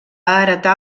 heretar